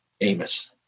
Amos